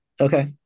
Okay